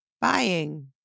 buying